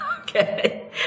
Okay